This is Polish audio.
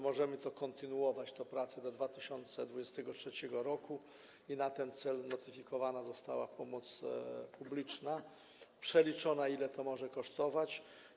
Możemy kontynuować tę pracę do 2023 r. i na ten cel notyfikowana została pomoc publiczna, przeliczono, ile to może kosztować.